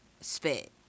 spit